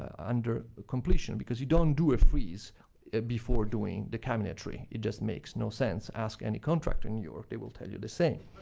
under completion. because you don't do a frieze before doing the cabinetry. it just makes no sense. ask any contractor in new york, they will tell you the same.